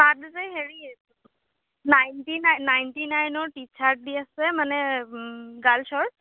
তাতে যে হেৰি নাইনটি নাইন নাইনটি নাইনৰ টি চাৰ্ট দি আছে মানে গাৰ্লছোৰ